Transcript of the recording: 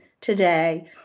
today